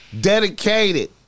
Dedicated